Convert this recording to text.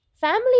Family